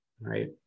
Right